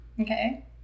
Okay